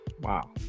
Wow